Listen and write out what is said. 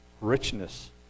Richness